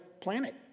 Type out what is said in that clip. planet